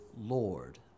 Lord